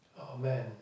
Amen